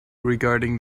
regarding